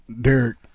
Derek